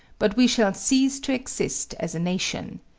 but we shall cease to exist as a nation.